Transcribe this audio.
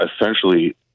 essentially